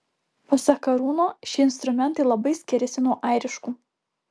pasak arūno šie instrumentai labai skiriasi nuo airiškų